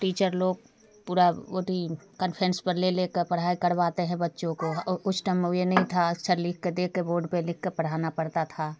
teacher लोग पूरा ओटी कनफ़्रेंस पर ले लेकर पढ़ाई करवाते हैं बच्चों को और उस टाइम ये नहीं था सर लिखकर देखकर बोर्ड पर लिखकर पढ़ाना पड़ता था